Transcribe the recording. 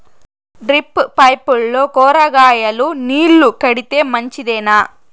Drip పైపుల్లో కూరగాయలు నీళ్లు కడితే మంచిదేనా?